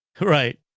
Right